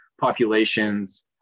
populations